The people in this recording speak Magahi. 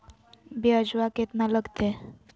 ब्यजवा केतना लगते?